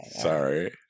sorry